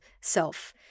self